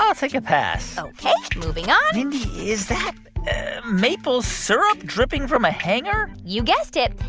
ah take a pass ok, moving on mindy, is that maple syrup dripping from a hanger? you guessed it.